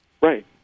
Right